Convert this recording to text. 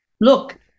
look